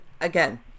again